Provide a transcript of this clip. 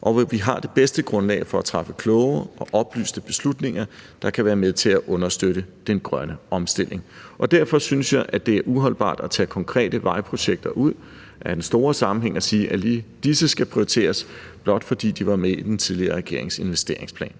og hvor vi har det bedste grundlag for at træffe kloge og oplyste beslutninger, der kan være med til at understøtte den grønne omstilling. Derfor synes jeg, det er uholdbart at tage konkrete vejprojekter ud af den store sammenhæng og sige, at lige disse skal prioriteres, blot fordi de var med i den tidligere regerings investeringsplan